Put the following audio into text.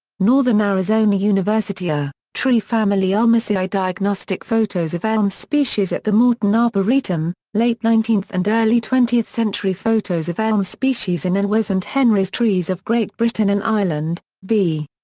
northern arizona university. ah tree family ulmaceae diagnostic photos of elm species at the morton arboretum late nineteenth and early twentieth century photos of elm species in elwes and henry's trees of great britain and ireland, v.